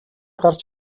гарч